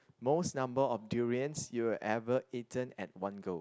most number of durians you ever eaten at one go